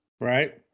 Right